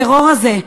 הטרור הזה,